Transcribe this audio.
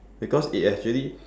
because it actually